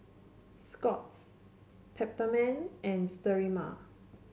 Scott's Peptamen and Sterimar